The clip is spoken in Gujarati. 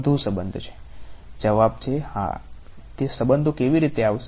તે સંબધો કેવી રીતે આવશે